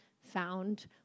found